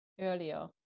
earlier